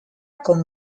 con